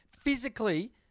physically